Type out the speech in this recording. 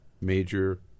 major